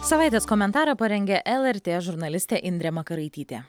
savaitės komentarą parengė el er tė žurnalistė indrė makaraitytė